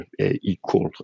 equal